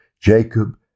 Jacob